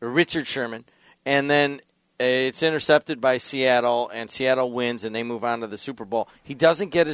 richard sherman and then it's intercepted by seattle and seattle wins and they move on to the super bowl he doesn't get his